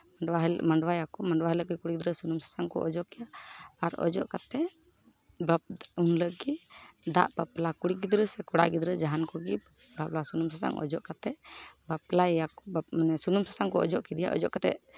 ᱢᱟᱰᱣᱟ ᱦᱤᱞᱳᱜ ᱢᱟᱰᱣᱟᱭᱟᱠᱚ ᱢᱟᱰᱣᱟ ᱦᱤᱞᱳᱜ ᱜᱮ ᱠᱩᱲᱤ ᱜᱤᱫᱽᱨᱟᱹ ᱠᱩᱲᱤ ᱜᱤᱫᱽᱨᱟᱹ ᱥᱩᱱᱩᱢ ᱥᱟᱥᱟᱝ ᱠᱚ ᱚᱡᱚᱜᱮᱭᱟ ᱟᱨ ᱟᱡᱟᱜ ᱠᱟᱛᱮ ᱵᱟᱯ ᱩᱱ ᱦᱤᱞᱟᱹᱜ ᱜᱮ ᱫᱟᱜ ᱵᱟᱯᱞᱟ ᱠᱩᱲᱤ ᱜᱤᱫᱽᱨᱟᱹ ᱥᱮ ᱠᱚᱲᱟ ᱜᱤᱫᱽᱨᱟᱹ ᱡᱟᱦᱟᱸᱱ ᱠᱚᱜᱮ ᱫᱟᱜ ᱵᱟᱯᱞᱟ ᱥᱩᱱᱩᱢ ᱥᱟᱥᱟᱝ ᱚᱡᱚᱜ ᱠᱟᱛᱮ ᱵᱟᱯᱞᱟ ᱭᱮᱭᱟ ᱠᱚ ᱢᱟᱱᱮ ᱥᱩᱱᱩᱢ ᱥᱟᱥᱟᱝ ᱠᱚ ᱚᱡᱚᱜ ᱠᱮᱫᱮᱭᱟ ᱚᱡᱚᱜ ᱠᱟᱛᱮ